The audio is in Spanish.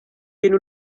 tiene